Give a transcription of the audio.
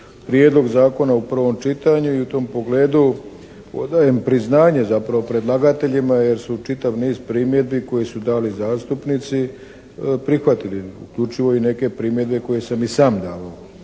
Prijedlog zakona u prvom čitanju i u tom pogledu odajem priznanje zapravo predlagateljima jer su čitav niz primjedbi koji su dali zastupnici prihvatili uključivo i neke primjedbe koje sam i sam davao.